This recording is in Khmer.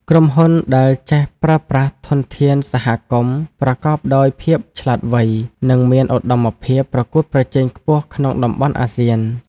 ក្រុមហ៊ុនដែលចេះប្រើប្រាស់ធនធានសហគមន៍ប្រកបដោយភាពឆ្លាតវៃ នឹងមានឧត្តមភាពប្រកួតប្រជែងខ្ពស់ក្នុងតំបន់អាស៊ាន។